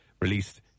released